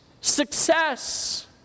success